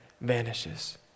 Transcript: vanishes